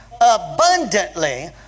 abundantly